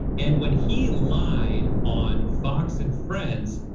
and when he lied on fox and friends,